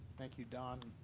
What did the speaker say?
thank you, don,